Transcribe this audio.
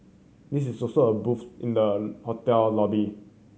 this is also a booth in the hotel lobby